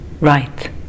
right